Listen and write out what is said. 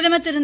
பிரதமர் திரு